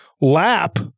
lap